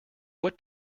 what